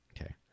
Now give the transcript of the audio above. Okay